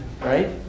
Right